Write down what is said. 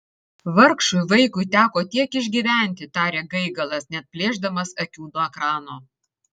vargšui vaikui teko tiek išgyventi tarė gaigalas neatplėšdamas akių nuo ekrano